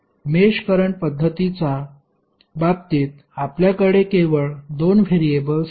मेष current पध्दतीचा बाबतीत आपल्याकडे केवळ 2 व्हेरिएबल्स आहेत